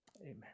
Amen